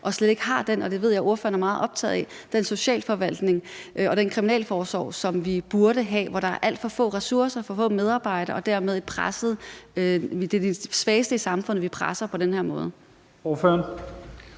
og slet ikke har – og det ved jeg ordføreren er meget optaget af – den socialforvaltning og den kriminalforsorg, som vi burde have. Der er alt for få ressourcer, for få medarbejdere, og dermed er det de svageste i samfundet, vi presser på den her måde. Kl.